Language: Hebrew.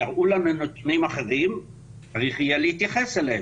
יראו לנו נתונים אחרים צריך יהיה להתייחס אליהם,